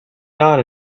got